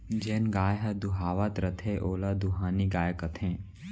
जेन गाय ह दुहावत रथे ओला दुहानी गाय कथें